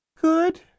Good